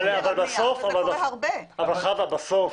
בסוף,